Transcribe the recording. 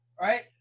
right